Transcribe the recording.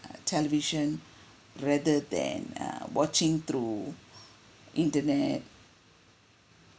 television rather than err watching through internet